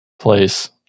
place